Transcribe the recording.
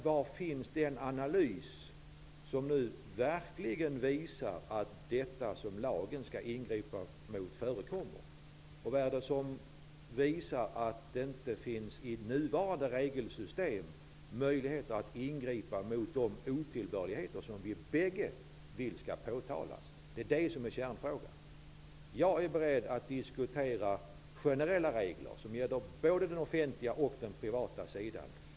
Var finns då den analys som verkligen visar att detta som lagen skall ingripa mot förekommer? Vad är det som visar att det i nuvarande regelsystem inte finns möjligheter att ingripa mot de otillbörligheter som vi bägge vill skall påtalas? Det är kärnfrågan. Jag är beredd att diskutera generella regler som gäller både den offentliga och den privata sidan.